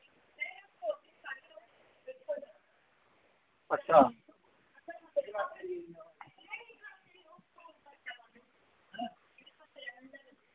अच्छा